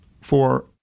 for-